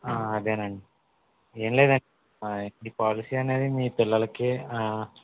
అదేనండి ఏం లేదండి ఈ పాలసీ అనేది మీ పిల్లలకి